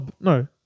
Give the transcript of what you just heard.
no